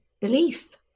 belief